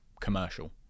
commercial